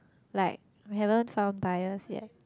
like we haven't found buyers yet